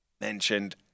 mentioned